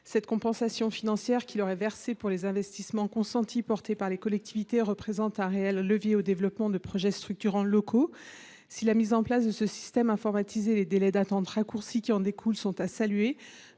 La compensation financière qui leur est versée pour les investissements consentis représente un réel levier pour le développement de projets structurants locaux. Si la mise en place de ce système informatisé et les délais d’attente raccourcis qui en découlent sont à saluer,